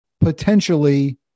potentially